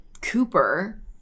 cooper